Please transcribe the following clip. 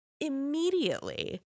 immediately